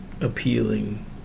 appealing